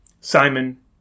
Simon